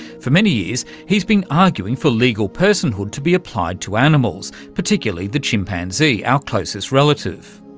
for many years he's been arguing for legal personhood to be applied to animals, particularly the chimpanzee, our closest relative.